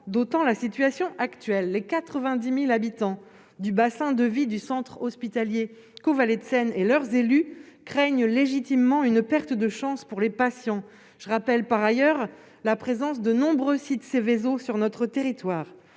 d'autant la situation actuelle, les 90000 habitants du bassin de vie du centre hospitalier Caux Vallée de Seine et leurs élus craignent légitimement une perte de chance pour les patients, je rappelle, par ailleurs, la présence de nombreux sites Seveso sur notre territoire